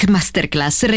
Masterclass